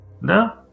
No